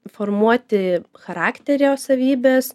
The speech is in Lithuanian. formuoti charakterio savybes